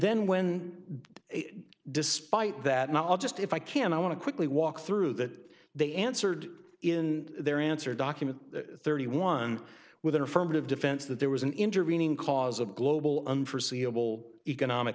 then when despite that and i'll just if i can i want to quickly walk through that they answered in their answer document thirty one with an affirmative defense that there was an intervening cause of global un forseeable economic